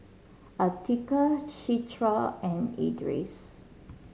Atiqah Citra and Idris